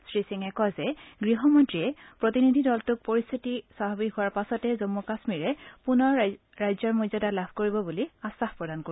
শ্ৰীসিঙে কয় যে গৃহমন্ত্ৰীয়ে প্ৰতিনিধি দলটোক পৰিস্থিতি স্বাভাৱিক হোৱাৰ পাছতে জম্মু কাশ্মীবে পুনৰ ৰাজ্যৰ মৰ্যাদা লাভ কৰিব বুলি আখাস প্ৰদান কৰে